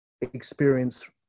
experience